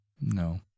No